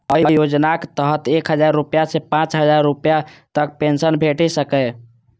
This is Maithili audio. अय योजनाक तहत एक हजार रुपैया सं पांच हजार रुपैया तक पेंशन भेटि सकैए